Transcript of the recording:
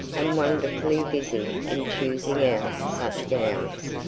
and wonderfully busy in choosing out such gowns,